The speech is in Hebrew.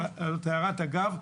זו הערת אגב,